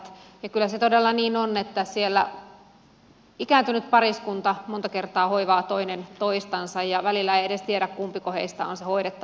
ja kyllä se todella niin on että siellä ikääntynyt pariskunta monta kertaa hoivaa toinen toistansa ja välillä ei edes tiedä kumpiko heistä on se hoidettava